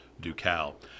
Ducal